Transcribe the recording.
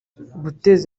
guteza